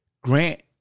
Grant